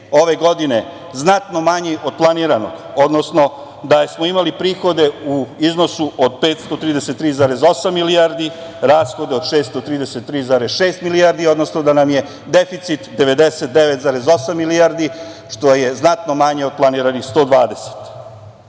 ove godine znatno manji od planiranog, odnosno da smo imali prihode u iznosu od 533,8 milijardi, rashode od 633,6 milijardi, odnosno da nam je deficit 99,8 milijardi, što je znatno manje od planiranih 120